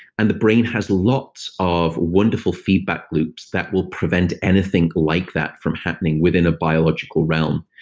and the brain has lots of wonderful feedback loops that will prevent anything like that from happening within a biological realm.